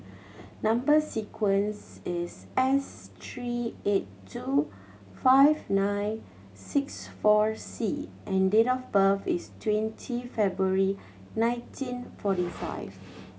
number sequence is S three eight two five nine six four C and date of birth is twenty February nineteen forty five